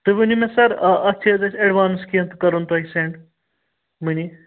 تُہۍ ؤنِو مےٚ سَر اَتھ چھِ حظ اَسہِ اٮ۪ڈوانٕس کیٚنٛہہ کرُن تۄہہِ سٮ۪نڈ مٔنی